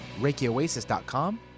ReikiOasis.com